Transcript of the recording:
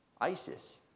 ISIS